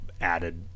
added